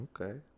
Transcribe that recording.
Okay